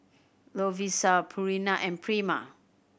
Lovisa Purina and Prima